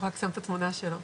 כל חודש יש במדינת ישראל.